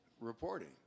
reporting